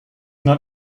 not